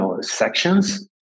sections